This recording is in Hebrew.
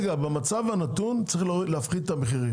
במצב הנתון צריך להפחית את המחירים.